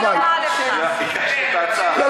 לא,